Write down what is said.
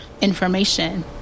information